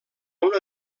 una